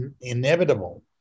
inevitable